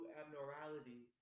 abnormality